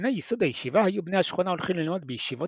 לפני ייסוד הישיבה היו בני השכונה הולכים ללמוד בישיבות